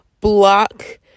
block